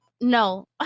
No